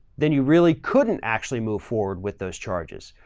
then you really couldn't actually move forward with those charges.